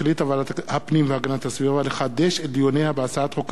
החליטה ועדת הפנים והגנת הסביבה לחדש את דיוניה